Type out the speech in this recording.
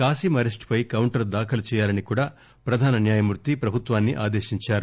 కాసిం అరెస్టుపై కౌంటర్ దాఖలు చేయాలని కూడా ప్రధాన న్యాయమూర్తి ప్రభుత్వాన్ని ఆదేశించారు